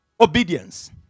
Obedience